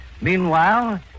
Meanwhile